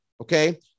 okay